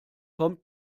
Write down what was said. kommt